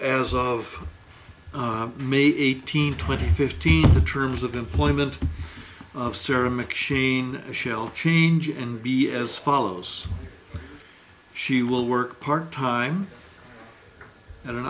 as of may eighteenth twenty fifteen the terms of employment of sarah mcshane shell change and be as follows she will work part time at an